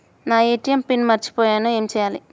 నా ATM PIN మర్చిపోయినప్పుడు ఏమి చేయాలి?